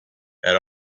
had